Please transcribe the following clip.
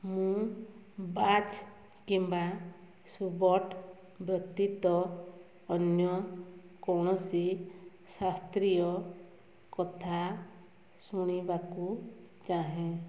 ମୁଁ ବାଚ୍ କିମ୍ବା ଶୁବର୍ଟ ବ୍ୟତୀତ ଅନ୍ୟ କୌଣସି ଶାସ୍ତ୍ରୀୟ କଥା ଶୁଣିବାକୁ ଚାହେଁ